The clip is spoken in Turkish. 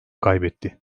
kaybetti